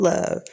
Love